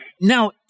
Now